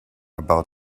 about